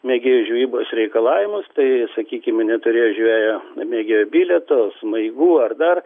mėgėjų žvejybos reikalavimus tai sakykime neturėjo žvejo mėgėjo bilieto smaigų ar dar